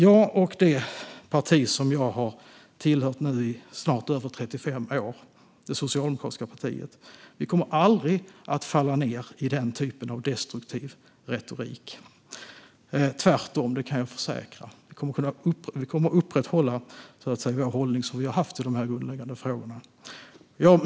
Jag och det parti som jag har tillhört i snart 35 år, det socialdemokratiska partiet, kommer aldrig att falla ned i den typen av destruktiv retorik, tvärtom. Jag kan försäkra att vi kommer att stå fast vid den hållning som vi har haft i dessa grundläggande frågor.